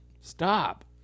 Stop